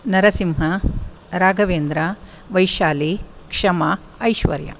नरसिंहः राघवेन्द्रः वैशाली क्षमा ऐश्वर्या